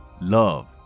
love